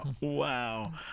Wow